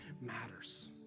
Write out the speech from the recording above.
matters